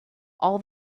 all